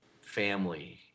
family